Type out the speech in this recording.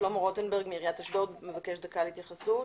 שלמה רוטנברג מעיריית אשדוד מבקש להתייחס.